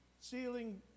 ceiling